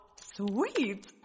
sweet